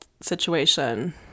situation